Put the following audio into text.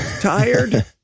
tired